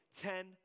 ten